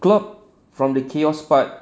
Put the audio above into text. clock from the chaos part